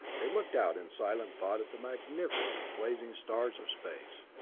they looked out in silent thought at the magnificent blazing stars of space.